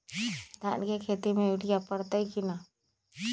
धान के खेती में यूरिया परतइ कि न?